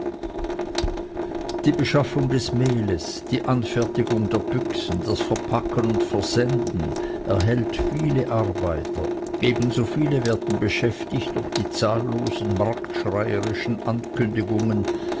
die beschaffung des mehles die anfertigung der büchsen das verpacken und versenden erhält viele arbeiter ebenso viele werden beschäftigt durch die zahllosen marktschreierischen ankündigungen